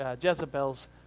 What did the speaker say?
Jezebel's